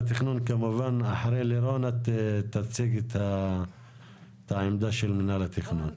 אחרי לירון את תציגי את עמדת מינהל התכנון.